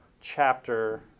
chapter